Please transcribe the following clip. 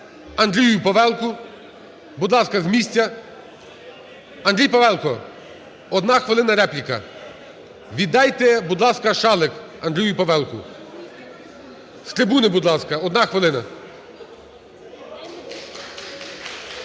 Андрій Павелко, одна хвилина, репліка. Віддайте, будь ласка, шалик Андрію Павелку. З трибуни, будь ласка. Одна хвилина.